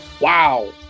wow